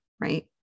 right